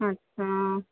अच्छा